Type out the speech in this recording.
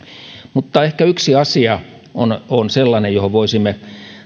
mutta ehkä yksi asia on on sellainen johon voisimme